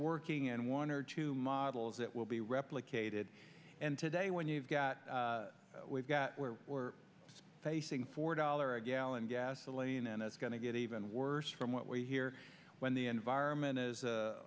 working and one or two models that will be replicated and today when you've got we've got we're facing four dollar a gallon gasoline and it's going to get even worse from what we hear when the environment